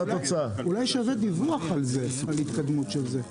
אולי שווה דיווח על התקדמות של זה.